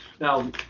Now